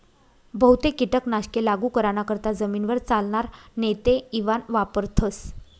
बहुतेक कीटक नाशके लागू कराना करता जमीनवर चालनार नेते इवान वापरथस